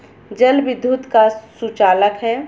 जल विद्युत का सुचालक है